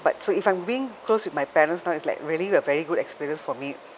but so if I'm being close with my parents now is like really a very good experience for me